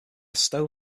stove